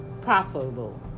profitable